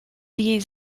die